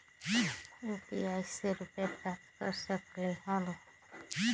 UPI से रुपए प्राप्त कर सकलीहल?